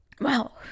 Wow